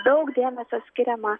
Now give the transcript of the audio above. daug dėmesio skiriama